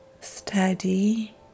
steady